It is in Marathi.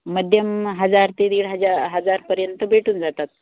मध्यम हजार ते दीड हजार हजारपर्यंत भेटून जातात